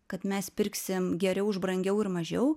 kad mes pirksim geriau už brangiau ir mažiau